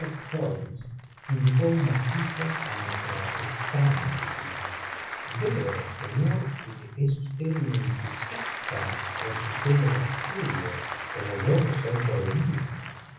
indicó una billa á nuestra extraña visita veo señor que es usted un entusiasta por su v género de estudios como yo lo soy por el mío